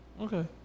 Okay